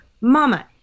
Mama